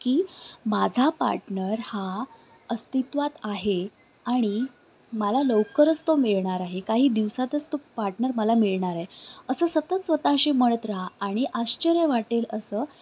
की माझा पार्टनर हा अस्तित्वात आहे आणि मला लवकरच तो मिळणार आहे काही दिवसातच तो पार्टनर मला मिळणार आहे असं सतत स्वतःशी म्हणत राहा आणि आश्चर्य वाटेल असं